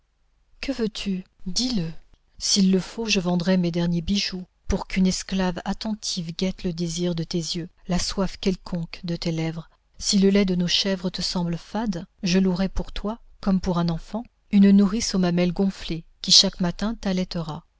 que veux-tu dis-le s'il le faut je vendrai mes derniers bijoux pour qu'une esclave attentive guette le désir de tes yeux la soif quelconque de tes lèvres si le lait de nos chèvres te semble fade je louerai pour toi comme pour un enfant une nourrice aux mamelles gonflées qui chaque matin